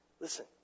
Listen